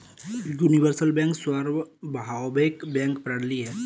universal bank सार्वभौमिक bank प्रणाली है